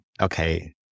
Okay